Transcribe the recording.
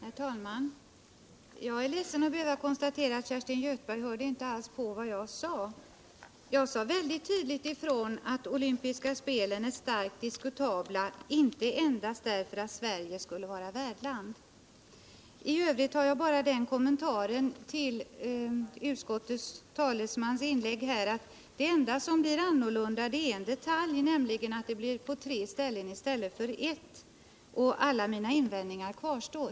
Herr talman! Jag är ledsen att behöva konstatera att Kerstin Göthberg inte alls hörde på vad jag sade. Jag sade mycket tydligt ifrån att de olympiska spelen är starkt diskutabla inte endast därför att Sverige skulle vara värdland. I övrigt har jag bara den kommentaren till utskottets talesmans inlägg att det enda som blir annorlunda är en detalj, nämligen att spelen sker på tre ställen i stället för ett. Alla mina invändningar kvarstår.